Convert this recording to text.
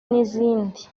n’izindi